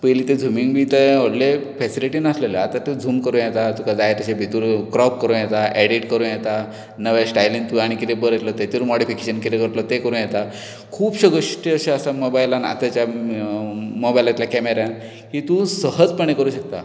पयलीं तें झुमींग बी तशें व्होडलें फॅसिलिटी नासलेल्यो आतां तूं झूम करूं येता तुका जाय तशें भितूर क्रॉप करूं येता एडीट करूं येता नवे स्टायलीन तूं आनी कितें बरयल्लें तेतूर मोडिफिकेंशन कितें करतलो तें करूं येता खुबश्यो गोश्टी अश्यो आसा मोबायलान आतांच्या मोबायलांतल्या कॅमेरान की तूं सहजपणे करूंक शकता